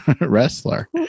wrestler